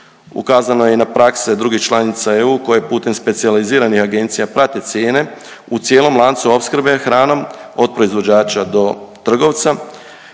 Ukazano je i na prakse drugih članica EU koje putem specijaliziranih agencija prate cijene u cijelom lancu opskrbe hranom, od proizvođača do trgovca